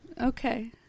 Okay